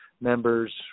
members